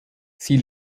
sie